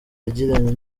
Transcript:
yagiranye